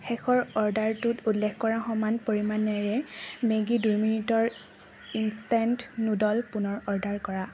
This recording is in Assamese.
শেষৰ অৰ্ডাৰটোত উল্লেখ কৰাৰ সমান পৰিমাণৰে মেগী দুই মিনিটৰ ইনষ্টেণ্ট নুডল পুনৰ অৰ্ডাৰ কৰা